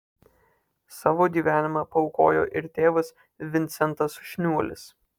savo gyvenimą paaukojo ir tėvas vincentas šniuolis